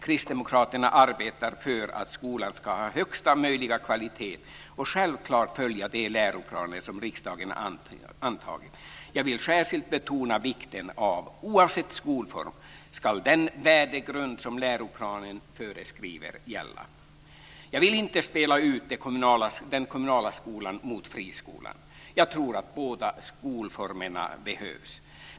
Kristdemokraterna arbetar för att skolan ska ha högsta möjliga kvalitet och självklart följa de läroplaner som riksdagen har antagit. Jag vill särskilt betona vikten, oavsett skolform, av att den värdegrund som läroplanen föreskriver ska gälla. Jag vill inte spela ut den kommunala skolan mot friskolan. Jag tror att båda skolformerna behövs.